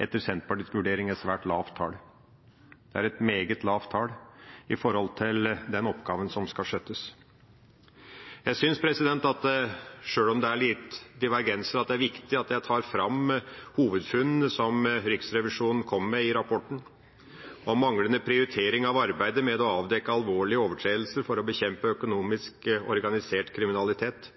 etter Senterpartiets vurdering et svært lavt tall. Det er et meget lavt tall med tanke på den oppgaven som skal skjøttes. Jeg syns at sjøl om det er litt divergenser, er det viktig å ta fram hovedfunn som Riksrevisjonen kommer med i rapporten: manglende prioritering av arbeidet med å avdekke alvorlige overtredelser for å bekjempe økonomisk organisert kriminalitet,